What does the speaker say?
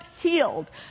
healed